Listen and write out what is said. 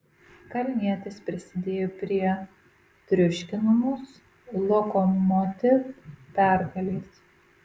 kalnietis prisidėjo prie triuškinamos lokomotiv pergalės